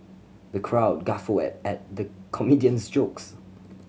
the crowd guffawed at the comedian's jokes